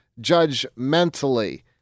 judgmentally